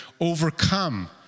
overcome